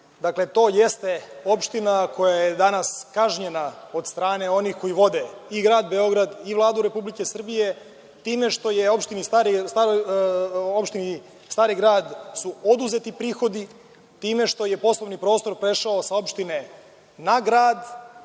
Dakle, to je ste opština koja je danas kažnjena, od strane onih koji vode i Grad Beograd i Vladu Republike Srbije, time što su opštini Stari Grad oduzeti prihodi, time što je poslovni prostor prešao sa opštine na grad,